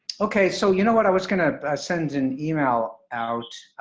okay, so you know what, i was gonna send an email out,